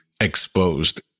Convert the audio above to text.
exposed